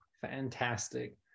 Fantastic